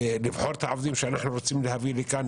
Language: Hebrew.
לבחור את העובדים שאנחנו רוצים להביא לכאן,